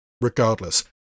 regardless